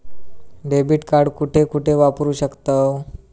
Debit card कुठे कुठे वापरू शकतव?